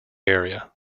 area